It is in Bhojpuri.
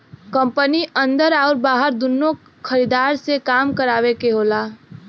कंपनी अन्दर आउर बाहर दुन्नो खरीदार से काम करावे क होला